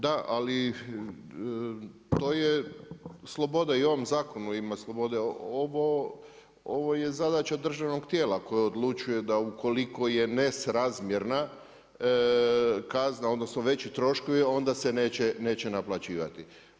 Da ali, to je sloboda i u ovom zakonu ima slobode, ovo je zadaća državna tijela koje odlučuje da ukoliko je nesrazmjerna kazna odnosno veći troškovi onda se neće naplaćivati.